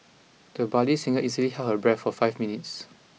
the budding singer easily held her breath for five minutes